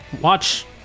watch